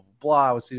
blah